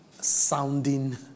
sounding